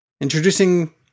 Introducing